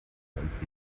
und